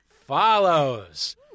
follows